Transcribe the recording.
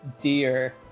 dear